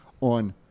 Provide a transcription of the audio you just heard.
on